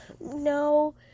No